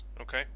okay